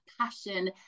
Passion